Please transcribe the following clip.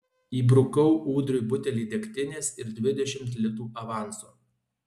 įbrukau ūdriui butelį degtinės ir dvidešimt litų avanso